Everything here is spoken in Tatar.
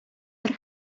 бер